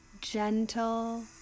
gentle